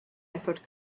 effort